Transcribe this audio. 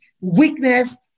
weakness